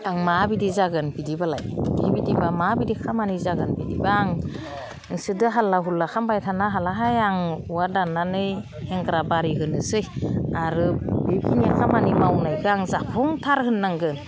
आं माबायदि जागोन बिदिबालाय बेबायदिबा माबायदि खामानि जागोन बिदिबा आं नोंसोरजों हाल्ला हुल्ला खालामबाय थानो हालाहाय आं औवा दाननानै हेंग्रा बारि होनोसै आरो बेखिनि खामानि मावनायखौ आं जाफुंथार होननांगोन